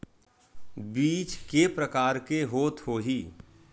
बीज के प्रकार के होत होही?